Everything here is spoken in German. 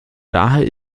daher